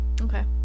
Okay